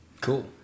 Cool